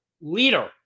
leader